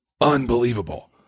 unbelievable